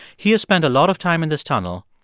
he has spent a lot of time in this tunnel,